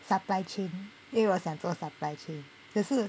supply chain 因为我想做 supply chain 只是